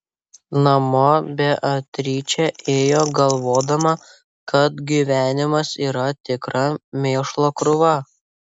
namo beatričė ėjo galvodama kad gyvenimas yra tikra mėšlo krūva